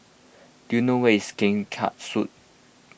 do you know where's Keng Kiat Street